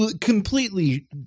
completely